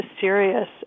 serious